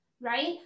right